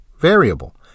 variable